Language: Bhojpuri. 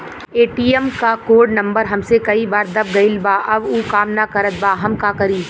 ए.टी.एम क कोड नम्बर हमसे कई बार दब गईल बा अब उ काम ना करत बा हम का करी?